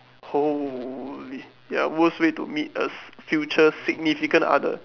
holy there are worst way to meet a future significant other